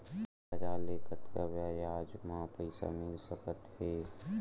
बजार ले कतका ब्याज म पईसा मिल सकत हे?